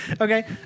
Okay